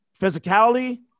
physicality